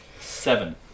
Seven